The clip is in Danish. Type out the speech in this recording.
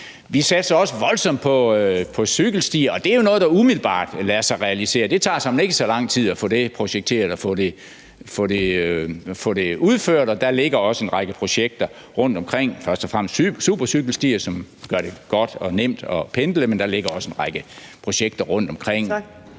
Vi satser også voldsomt på cykelstier, og det er jo noget, der umiddelbart lader sig realisere. Det tager såmænd ikke så lang tid at få det projekteret og få det udført, og der ligger også en række projekter rundtomkring, først og fremmest supercykelstier, som gør det godt og nemt at pendle, men der ligger også en række projekter rundtomkring, ved